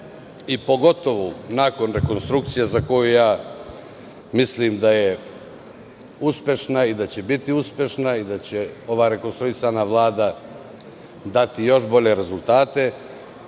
i pogotovo nakon rekonstrukcije, a za koju mislim da će biti uspešna i da će rekonstruisana Vlada dati još bolje rezultate.